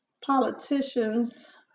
politicians